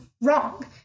wrong